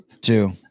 Two